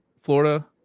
Florida